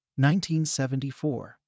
1974